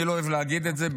אני לא אוהב להגיד את זה,